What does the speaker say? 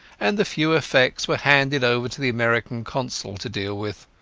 and the few effects were handed over to the american consul to deal with.